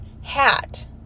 hat